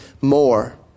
more